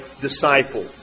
disciple